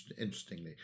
interestingly